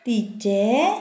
तिचें